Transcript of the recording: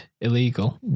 illegal